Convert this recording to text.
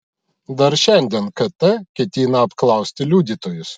dar šiandien kt ketina apklausti liudytojus